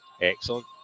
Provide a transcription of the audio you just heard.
excellent